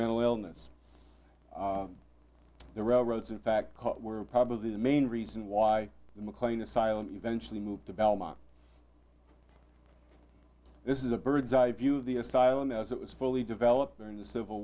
mental illness the railroads in fact caught were probably the main reason why the mclean asylum eventually moved to belmont this is a bird's eye view of the asylum as it was fully developed during the civil